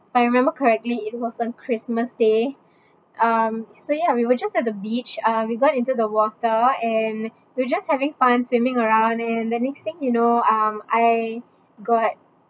if I remember correctly it was on christmas day um so ya we were just at the beach uh we got into the water and we're just having fun swimming around and the next thing you know um I got